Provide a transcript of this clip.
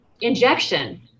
injection